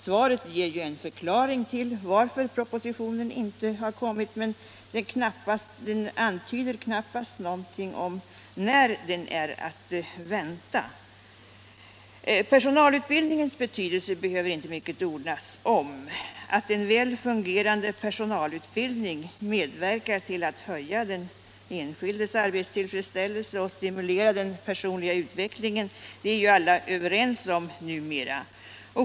Svaret ger en förklaring till att propositionen inte kommit, men det antyder knappast någonting om när den är att vänta. Personalutbildningens betydelse behöver inte mycket ordas om. Att en väl fungerande personalutbildning medverkar till att höja den enskildes arbetstillfredsställelse och stimulera den personliga utvecklingen är vi alla överens om numera.